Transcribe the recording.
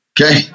Okay